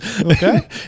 Okay